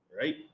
right